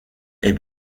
est